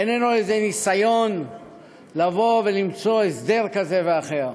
איננה איזה ניסיון לבוא ולמצוא הסדר כזה ואחר,